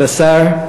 כבוד השר,